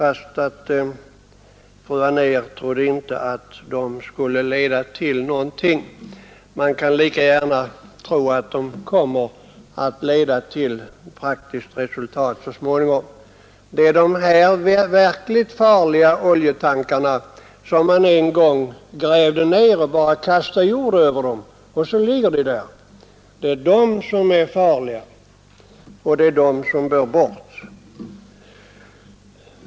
Fru Anér trodde inte att de kommer att leda till någonting; man kan lika gärna tro att de så småningom kommer att ge praktiska resultat. Det är de här verkligt farliga oljetankarna, som man en gång grävde ned och bara kastade jord över, som bör bort.